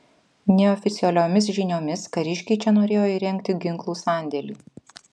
neoficialiomis žiniomis kariškiai čia norėjo įrengti ginklų sandėlį